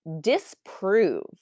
disprove